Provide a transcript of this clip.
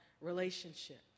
relationship